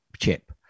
chip